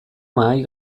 mahai